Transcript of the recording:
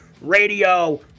Radio